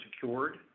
secured